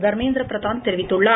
தர்மேந்திர பிரதான் தெரிவித்துள்ளார்